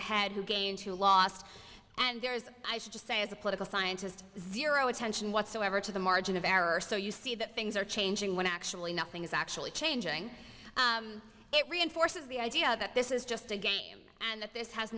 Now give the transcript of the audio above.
ahead who gain to lost and there's i should just say as a political scientist zero attention whatsoever to the margin of error so you see that things are changing when actually nothing is actually changing it reinforces the idea that this is just a game and that this has